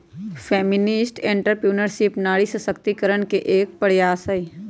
feminist entrepreneurship नारी सशक्तिकरण के एक प्रयास हई